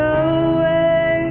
away